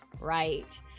right